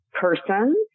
person